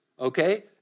Okay